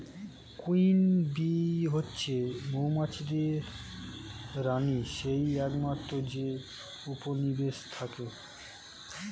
queen bee হচ্ছে মৌমাছিদের রানী যেই একমাত্র যে উপনিবেশে থাকে